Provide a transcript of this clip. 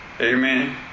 Amen